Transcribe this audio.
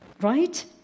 right